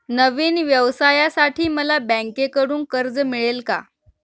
नवीन व्यवसायासाठी मला बँकेकडून कर्ज मिळेल का?